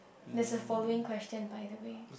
there's a following question by the way